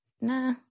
nah